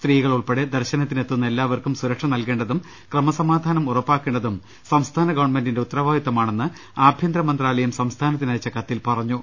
സ്ത്രീകൾ ഉൾപ്പെടെ ദർശനത്തിനെത്തുന്ന എല്ലാവർക്കും സുരക്ഷ നൽകേണ്ടതും ക്രമസമാധാനം ഉറപ്പാക്കേണ്ടതും സംസ്ഥാന ഗവൺമെന്റിന്റെ ഉത്തരവാദിത്വമാണെന്ന് ആഭ്യന്തര മന്ത്രാലയം സംസ്ഥാനത്തിന് അയച്ച കത്തിൽ പറഞ്ഞു